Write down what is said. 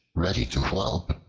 ready to whelp,